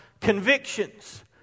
convictions